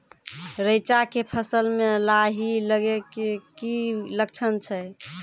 रैचा के फसल मे लाही लगे के की लक्छण छै?